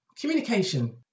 Communication